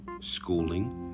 schooling